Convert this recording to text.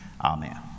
Amen